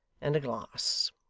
and a glass